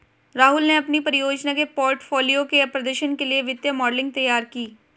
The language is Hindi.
राहुल ने अपनी परियोजना के पोर्टफोलियो के प्रदर्शन के लिए वित्तीय मॉडलिंग तैयार की